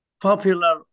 Popular